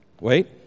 Wait